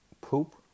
poop